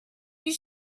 you